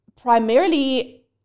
Primarily